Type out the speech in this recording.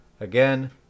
again